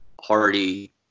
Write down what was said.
hardy